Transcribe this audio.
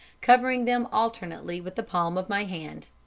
covering them alternately with the palm of my hand.